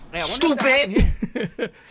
Stupid